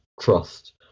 trust